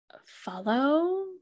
follow